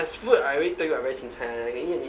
as food I already tell you I very chin cai [one] I can eat any